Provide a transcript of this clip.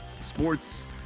Sports